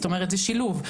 זאת אומרת, זה שילוב.